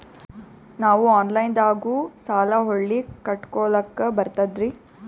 ನಾವು ಆನಲೈನದಾಗು ಸಾಲ ಹೊಳ್ಳಿ ಕಟ್ಕೋಲಕ್ಕ ಬರ್ತದ್ರಿ?